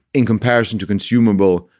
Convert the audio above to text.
in comparison to consumable,